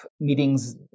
meetings